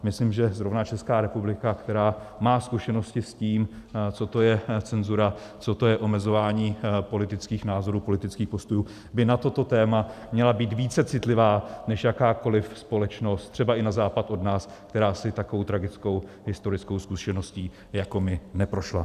Myslím, že zrovna Česká republika, která má zkušenosti s tím, co to je cenzura, co to je omezování politických názorů, politických postojů, by na toto téma měla být více citlivá než jakákoliv společnost třeba i na západ od nás, která si takovou tragickou historickou zkušeností jako my neprošla.